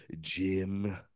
Jim